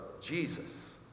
Jesus